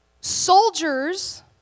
Soldiers